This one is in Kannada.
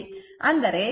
ಅಂದರೆ tan inverse 8